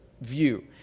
view